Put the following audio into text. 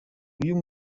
uyu